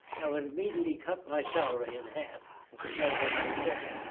i would immediately cut my salary in half to show that i care.